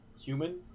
human